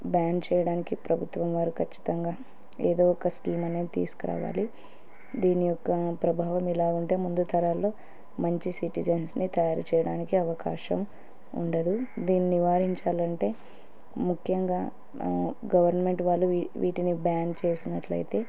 ban చేయడానికి ప్రభుత్వం వారు ఖచ్చితంగా ఏదో ఒక స్కీమ్ అనేది తీసుకురావాలి దీని యొక్క ప్రభావం ఇలా ఉంటే ముందు తరాల్లో మంచి సిటిజన్స్ని తయారు చేయడానికి అవకాశం ఉండదు దీన్ని నివారించాలంటే ముఖ్యంగా గవర్నమెంట్ వాళ్ళు వీటిని బ్యాన్ చేసినట్లయితే